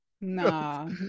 Nah